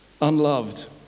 unloved